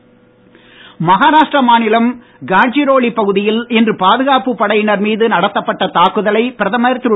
மோடி கண்டனம் மகாராஷ்டிரா மாநிலம் காட்சிரோலி பகுதியில் இன்று பாதுகாப்பு படையினர் மீது நடைத்தப்பட்ட தாக்குதலை பிரதமர் திரு